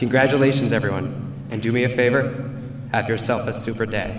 congratulations everyone and do me a favor at yourself a super day